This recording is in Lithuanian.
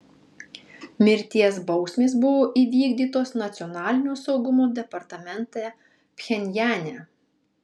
mirties bausmės buvo įvykdytos nacionalinio saugumo departamente pchenjane